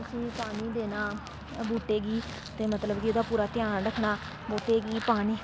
उस्सी पानी देना बूह्टे गी ते मतलब कि एह्दा पूरा ध्यान रक्खना बूह्टे गी पानी